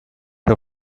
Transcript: her